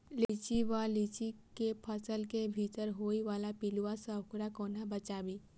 लिच्ची वा लीची केँ फल केँ भीतर होइ वला पिलुआ सऽ एकरा कोना बचाबी?